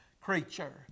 creature